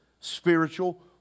spiritual